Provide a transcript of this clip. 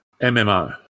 mmo